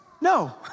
No